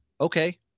okay